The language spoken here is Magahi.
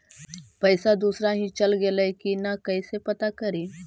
पैसा दुसरा ही चल गेलै की न कैसे पता करि?